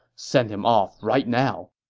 send him off right now.